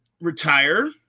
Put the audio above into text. retire